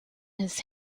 his